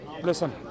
Listen